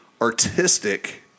artistic